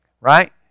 Right